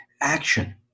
Action